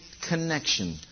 connection